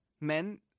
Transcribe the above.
Men